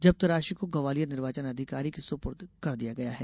जब्त राशि को ग्वालियर निर्वाचन अधिकारी सुमावली के सुपुर्द कर दिया गया है